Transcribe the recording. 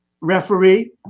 referee